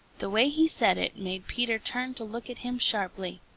the way he said it made peter turn to look at him sharply.